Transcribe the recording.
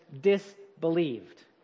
disbelieved